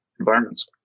environments